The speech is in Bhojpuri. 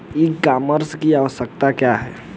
ई कॉमर्स की आवशयक्ता क्या है?